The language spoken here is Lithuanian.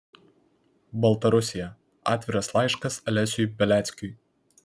baltarusija atviras laiškas alesiui beliackiui